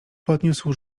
podniósł